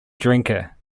drinker